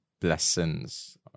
blessings